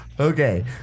Okay